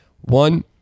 One